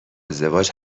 ازدواج